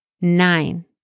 Nine